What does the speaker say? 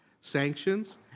sanctions